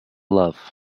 love